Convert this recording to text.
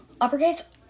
uppercase